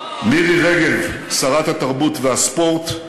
מירי רגב, שרת התרבות והספורט,